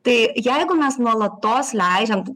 tai jeigu mes nuolatos leidžiam